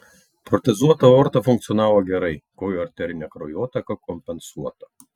protezuota aorta funkcionavo gerai kojų arterinė kraujotaka kompensuota